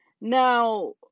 Now